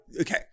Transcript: Okay